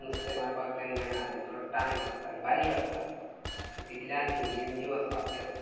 नुस्तें मारपाक मेळना तेंका थोडो टायम आसता आनी बारीक आसता तितल्या एरिएन ती वचपाचीं आसता